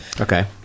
Okay